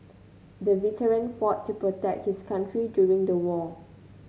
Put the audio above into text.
the veteran fought to protect his country during the war